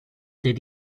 did